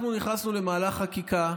אנחנו נכנסנו למהלך חקיקה,